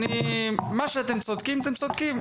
במה שאתם צודקים אתם צודקים,